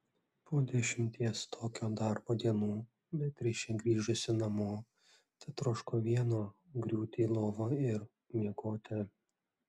po dešimties tokio darbo dienų beatričė grįžusi namo tetroško vieno griūti į lovą ir miegoti